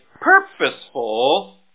purposeful